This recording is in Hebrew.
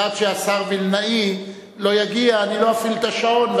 ועד שהשר וילנאי יגיע אני לא אפעיל את השעון,